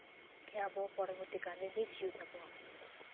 ᱥᱮ ᱟᱵᱚ ᱯᱚᱨᱚᱵᱚᱨᱛᱤ ᱠᱟᱞᱨᱮ ᱵᱮᱥ ᱦᱩᱭᱩᱜ ᱛᱟᱵᱳᱣᱟ